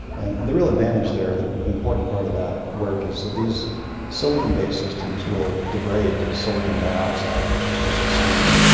and the real advantage there. the important part of that work is that these silicon based systems will degrade to silicon dioxide which is just sand,